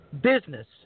business